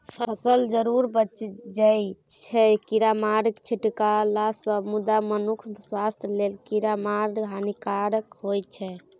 फसल जरुर बचि जाइ छै कीरामार छीटलासँ मुदा मनुखक स्वास्थ्य लेल कीरामार हानिकारक होइ छै